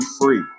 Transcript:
free